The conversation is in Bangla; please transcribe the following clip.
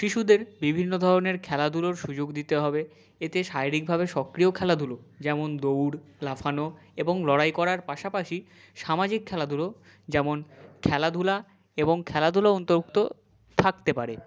শিশুদের বিভিন্ন ধরনের খেলাধুলোর সুযোগ দিতে হবে এতে শারীরিকভাবে সক্রিয় খেলাধুলো যেমন দৌড় লাফানো এবং লড়াই করার পাশাপাশি সামাজিক খেলাধুলো যেমন খেলাধুলা এবং খেলাধুলো উন্তোরুক্ত থাকতে পারে